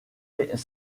est